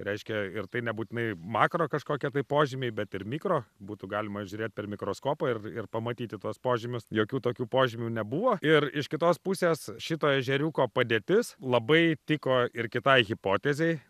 reiškia ir tai nebūtinai makro kažkokie tai požymiai bet ir mikro būtų galima žiūrėt per mikroskopą ir ir pamatyti tuos požymius jokių tokių požymių nebuvo ir iš kitos pusės šito ežeriuko padėtis labai tiko ir kitai hipotezei